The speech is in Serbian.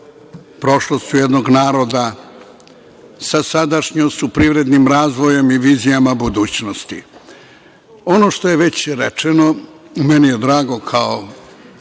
prošlošću jednog naroda, sa sadašnjošću, privrednim razvojem i vizijama budućnosti. Ono što je već rečeno, a meni je drago kao